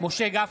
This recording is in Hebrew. משה גפני,